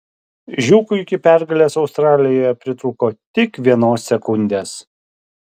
žiūkui iki pergalės australijoje pritrūko tik vienos sekundės